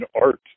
art